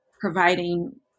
providing